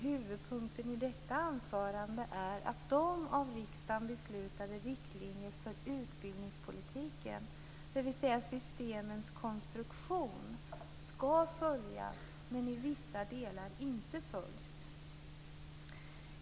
Huvudpunkten i detta anförande är ju att de av riksdagen beslutade riktlinjerna för utbildningspolitiken, dvs. systemens konstruktion, ska följas men i vissa delar inte följs.